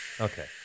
Okay